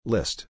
List